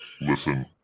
Listen